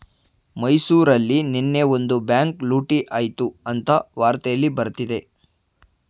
ಮೈಸೂರಲ್ಲಿ ನೆನ್ನೆ ಒಂದು ಬ್ಯಾಂಕ್ ಲೂಟಿ ಆಯ್ತು ಅಂತ ವಾರ್ತೆಲ್ಲಿ ಬರ್ತಿದೆ